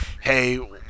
Hey